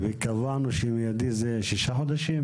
וקבענו שמיידי זה שישה חודשים?